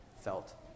felt